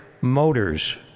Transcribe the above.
motors